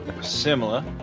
similar